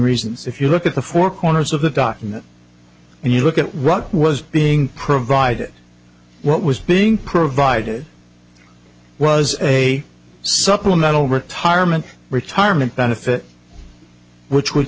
reasons if you look at the four corners of the doc in that and you look at what was being provided what was being provided was a supplemental retirement retirement benefit which would